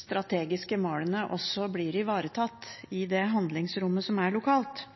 strategiske målene også blir ivaretatt i det handlingsrommet som er lokalt.